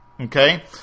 Okay